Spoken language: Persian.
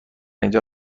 اینجا